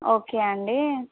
okay అండి